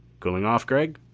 cooling off, gregg?